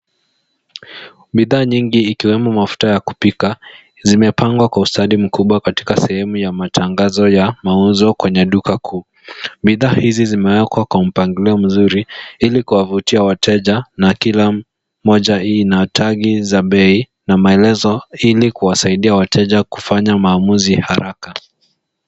Bidhaa nyingi ikiwemo mafuta ya kupika, zimepangwa kwa ustadi mkubwa katika sehemu ya matangazo ya mauzo kwenye duka kuu. Bidhaa hizi zimewekwa kwa mpangilio mzuri, ilikuwavutia wateja na kila mmoja ina tagi za bei na maelezo, ilikuwasaidia wateja kufanya maamuzi haraka.